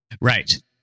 Right